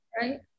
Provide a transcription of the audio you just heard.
Right